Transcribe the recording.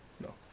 No